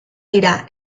dira